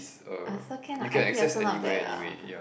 I also can lah i_t also not bad ah